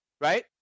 Right